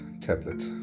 tablet